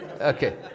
Okay